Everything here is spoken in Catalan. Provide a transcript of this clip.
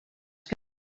que